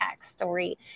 story